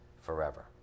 forever